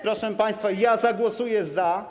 Proszę państwa, ja zagłosuję za.